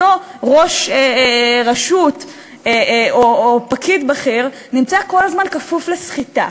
אותו ראש רשות או פקיד בכיר נמצא כל הזמן כפוף לסחיטה,